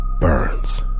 burns